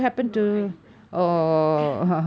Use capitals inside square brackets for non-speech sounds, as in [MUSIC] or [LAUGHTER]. no I didn't ya [LAUGHS]